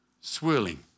swirling